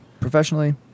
Professionally